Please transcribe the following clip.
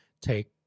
take